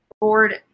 board